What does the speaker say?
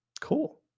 Cool